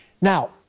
Now